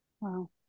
Wow